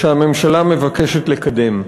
שהממשלה מבקשת לקדם.